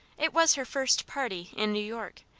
it was her first party in new york,